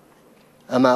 המשפטים, יושב כאן להשיב לי.